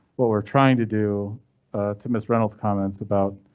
what we're trying to do to miss reynolds comments about.